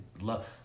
love